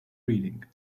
reading